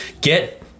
get